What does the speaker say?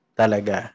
talaga